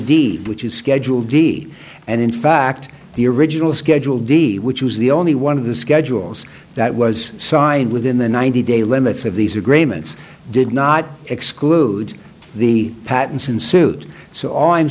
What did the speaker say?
deed which is scheduled deed and in fact the original schedule d which was the only one of the schedules that was signed within the ninety day limits of these agreements did not exclude the patents ensued so all i'm